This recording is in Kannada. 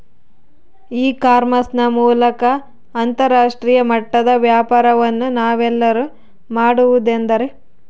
ಇ ಕಾಮರ್ಸ್ ನ ಮೂಲಕ ಅಂತರಾಷ್ಟ್ರೇಯ ಮಟ್ಟದ ವ್ಯಾಪಾರವನ್ನು ನಾವೆಲ್ಲರೂ ಮಾಡುವುದೆಂದರೆ?